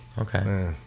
okay